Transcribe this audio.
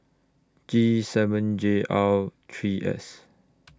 G seven J R three S